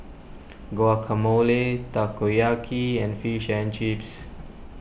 Guacamole Takoyaki and Fish and Chips